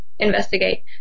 investigate